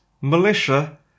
militia